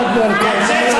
ענת ברקו.